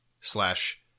slash